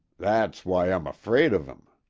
that's why i'm afraid of im.